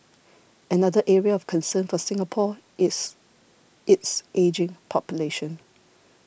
another area of concern for Singapore is its ageing population